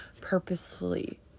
purposefully